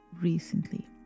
recently